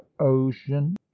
ocean